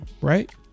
right